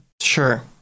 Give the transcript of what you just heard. Sure